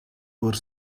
were